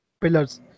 pillars